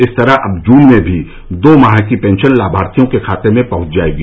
इस तरह अब जून में भी दो माह की पेंशन लाभार्थियों के खाते में पहंच जायेगी